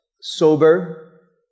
sober